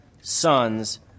sons